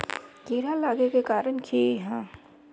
कीड़ा लागे के कारण की हाँ?